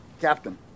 Captain